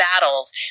battles